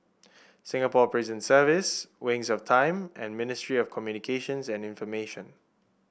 Singapore Prison Service Wings of Time and Ministry of Communications and Information